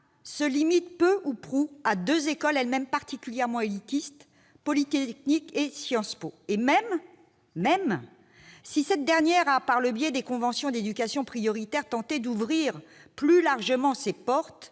se limite peu ou prou à deux écoles elles-mêmes particulièrement élitistes, Polytechnique et Sciences Po. Même si cette dernière a, par le biais des conventions d'éducation prioritaire, tenté d'ouvrir plus largement ses portes,